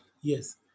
Yes